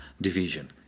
division